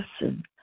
listen